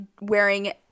wearing